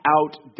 out